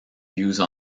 used